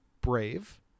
Brave